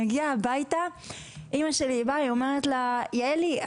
היא הגיעה הביתה ואימא שלי שאלה אותה: יעלי,